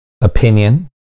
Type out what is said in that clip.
opinion